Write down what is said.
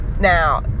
Now